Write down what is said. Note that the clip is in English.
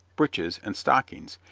breeches, and stockings,